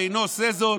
ואינו עושה זאת,